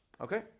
Okay